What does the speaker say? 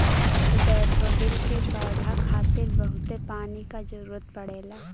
daffodil के पौधा खातिर बहुते पानी क जरुरत पड़ेला